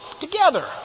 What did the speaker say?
together